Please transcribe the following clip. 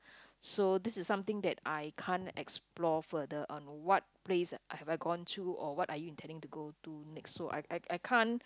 so this is something that I can't explore further on what place have I gone to or what are you intending to go to next so I I I can't